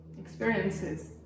experiences